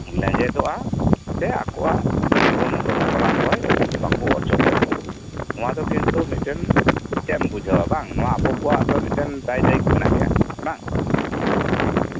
ᱞᱮᱸᱡᱮᱫᱚᱜᱼᱟ ᱥᱮ ᱟᱠᱚᱣᱟᱜ ᱡᱤᱵᱚᱱ ᱫᱷᱟᱨᱟ ᱠᱷᱚᱡ ᱵᱟᱠᱚ ᱚᱪᱚᱜᱚᱜᱼᱟ ᱱᱚᱣᱟ ᱫᱚ ᱠᱤᱱᱛᱩ ᱢᱤᱫᱴᱮᱱ ᱟᱵᱚ ᱠᱚᱣᱟᱜ ᱫᱚ ᱠᱤᱱᱛᱩ ᱫᱟᱭ ᱫᱟᱭᱤᱛᱛᱚ ᱢᱮᱱᱟᱜ ᱜᱮᱭᱟ ᱵᱟᱝ